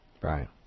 right